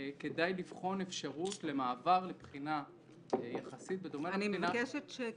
כדאי לבחון אפשרות למעבר לבחינה יחסית בדומה לבחינה -- אני מבקשת שקט.